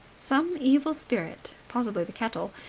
some evil spirit, possibly the kettle,